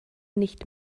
nicht